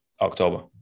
October